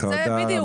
תודה רבה.